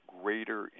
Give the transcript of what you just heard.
greater